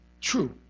true